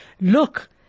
Look